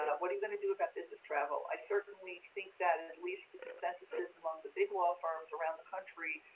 what are you going to do about business travel? i certainly think that at least the consensus is among the big law firms around the country,